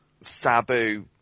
Sabu